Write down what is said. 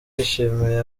bishimiye